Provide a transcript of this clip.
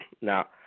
Now